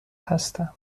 هستم